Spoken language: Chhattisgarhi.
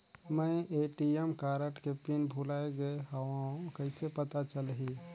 मैं ए.टी.एम कारड के पिन भुलाए गे हववं कइसे पता चलही?